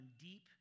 deep